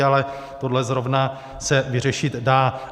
Ale tohle zrovna se vyřešit dá.